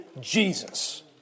Jesus